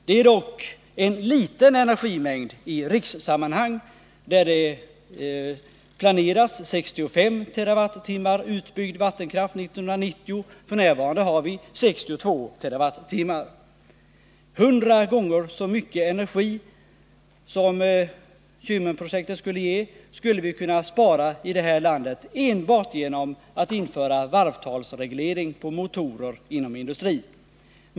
Det är dock en liten energimängd i rikssammanhang, där det planeras att vi 1990 skall ha vattenkraft utbyggd som skall ge 65 TWh. F.n. har vi 62 TWh. Hundra gånger så mycket energi som Kymmen ger skulle vi kunna spara i det här landet enbart genom att införa varvtalsreglering på motorer inom industrin.